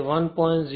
તે 1